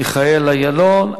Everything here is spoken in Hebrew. דניאל אילון.